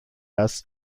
das